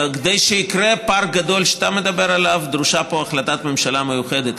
כדי שיהיה הפארק הגדול שאתה מדבר עליו דרושה פה החלטת ממשלה מיוחדת.